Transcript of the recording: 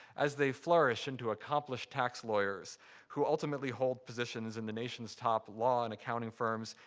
as they flourish into accomplished tax lawyers who ultimately hold positions in the nation's top law and accounting firms,